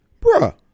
Bruh